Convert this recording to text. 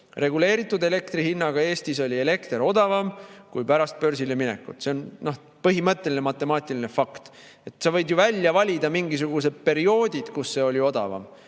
Reguleeritud elektrihinnaga Eestis oli elekter odavam kui pärast börsile minekut, see on põhimõtteline matemaatiline fakt. Sa võid ju välja valida mingisugused perioodid, kus see oli odavam,